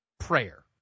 prayer